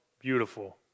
beautiful